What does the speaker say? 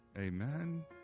amen